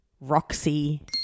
Roxy